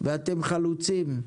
ואתם חלוצים,